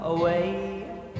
away